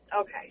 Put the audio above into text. Okay